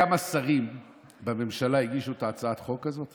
אתה יודע כמה שרים בממשלה הגישו את הצעת החוק הזאת